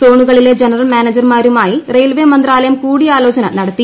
സോണുകളിലെ general മാനേജർമാരുമായി railway മന്ത്രാലയം കൂടിയാലോചന നടത്തി